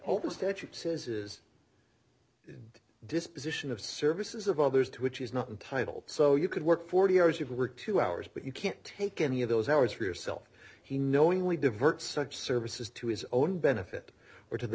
the statute says is the disposition of services of others to which is not entitled so you could work forty hours of work two hours but you can't take any of those hours for yourself he knowingly divert such services to his own benefit or to the